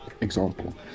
example